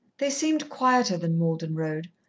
they seemed quieter than malden road,